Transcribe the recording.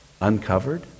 uncovered